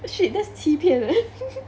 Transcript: shit that's 欺骗 leh